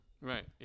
right